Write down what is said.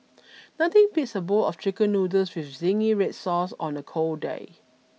nothing beats a bowl of Chicken Noodles with zingy red sauce on a cold day